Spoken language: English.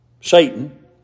Satan